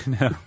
No